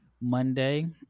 Monday